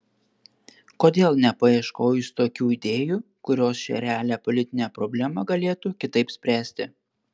kodėl nepaieškojus tokių idėjų kurios šią realią politinę problemą galėtų kitaip spręsti